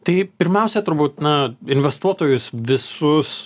tai pirmiausia turbūt na investuotojus visus